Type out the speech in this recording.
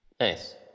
Nice